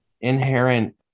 inherent